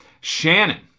Shannon